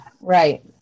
Right